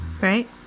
Right